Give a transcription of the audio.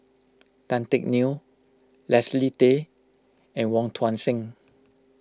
Tan Teck Neo Leslie Tay and Wong Tuang Seng